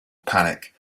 panic